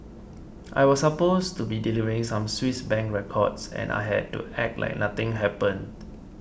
I was supposed to be delivering some Swiss Bank records and I had to act like nothing happened